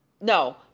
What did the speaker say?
No